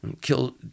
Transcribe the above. Killed